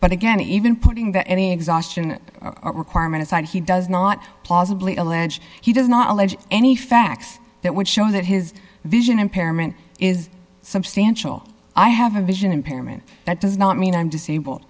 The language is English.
but again even putting that any exhaustion requirement aside he does not plausibly allege he does not allege any facts that would show that his vision impairment is substantial i have a vision impairment that does not mean i'm disabled